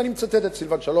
ואני מצטט את סילבן שלום,